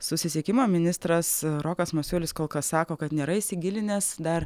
susisiekimo ministras rokas masiulis kol kas sako kad nėra įsigilinęs dar